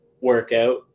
workout